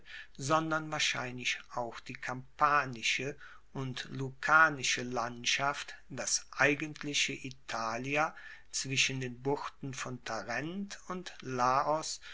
sondern wahrscheinlich auch die kampanische und lucanische landschaft das eigentliche italia zwischen den buchten von tarent und laos